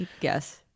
Yes